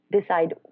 decide